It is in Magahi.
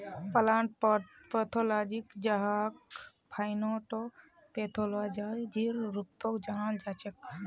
प्लांट पैथोलॉजी जहाक फाइटोपैथोलॉजीर रूपतो जानाल जाछेक